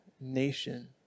nation